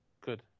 Good